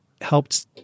helped